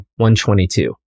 122